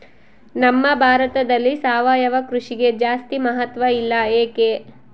ನಮ್ಮ ಭಾರತದಲ್ಲಿ ಸಾವಯವ ಕೃಷಿಗೆ ಜಾಸ್ತಿ ಮಹತ್ವ ಇಲ್ಲ ಯಾಕೆ?